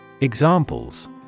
Examples